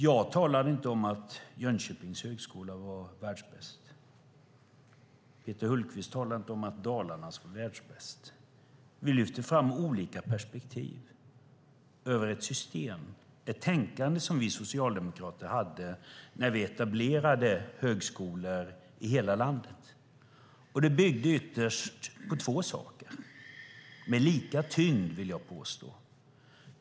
Jag har inte påstått att Jönköpings högskola var världsbäst. Peter Hultqvist påstod inte att Dalarnas skulle vara världsbäst. Vi lyfte fram olika perspektiv på ett system - det tänkande som vi socialdemokrater hade när vi etablerade högskolor i hela landet. Det byggde ytterst på två saker, som jag vill påstå hade lika tyngd.